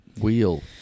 Wheel